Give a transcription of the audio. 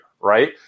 right